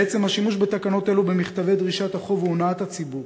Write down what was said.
ועצם השימוש בתקנות אלו במכתבי דרישת החוב הוא הונאת הציבור,